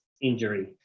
injury